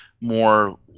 more –